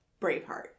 Braveheart